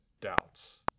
doubts